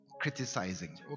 criticizing